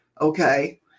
okay